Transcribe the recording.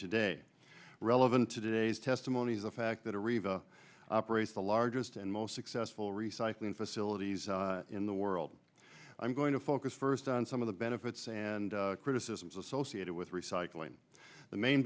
today relevant to today's testimony is the fact that a review operates the largest and most successful recycling facilities in the world i'm going to focus first on some of the benefits and criticisms associated with recycling the main